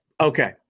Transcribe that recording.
Okay